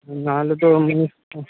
না হলে তো